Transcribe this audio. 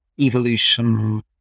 evolution